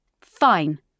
Fine